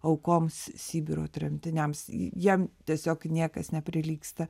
aukoms sibiro tremtiniams jam tiesiog niekas neprilygsta